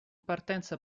partenza